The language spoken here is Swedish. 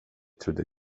trodde